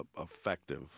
effective